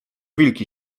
wilki